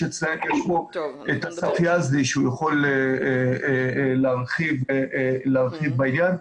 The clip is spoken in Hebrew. יש פה את אסף יזדי שיכול להרחיב בעניין.